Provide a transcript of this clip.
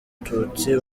tutsi